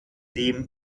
dem